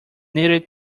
needed